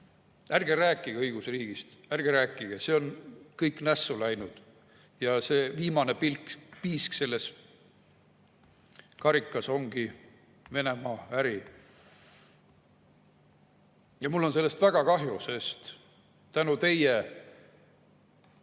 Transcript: Ärge rääkige õigusriigist! Ärge rääkige! See on kõik nässu läinud. Viimane piisk selles karikas ongi Venemaa-äri. Mul on sellest väga kahju, sest tänu teie